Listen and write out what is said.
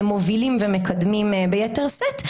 הם מובילים ומקדמים בייתר שאת,